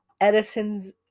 Edison's